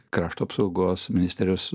krašto apsaugos ministerijos